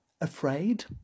Afraid